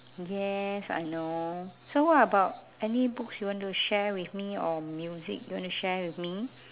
yes I know so what about any books you want to share with me or music you want to share with me